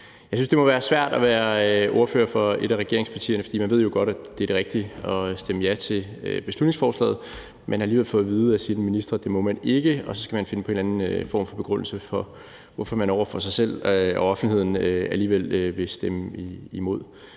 Jeg synes, at det må være svært at være ordfører for et af regeringspartierne, for man ved jo godt, at det er det rigtige at stemme ja til beslutningsforslaget, men alligevel får man at vide af sin minister, at det må man ikke, og så skal man finde på en eller anden form for begrundelse over for sig selv og offentligheden for, hvorfor man alligevel vil stemme imod.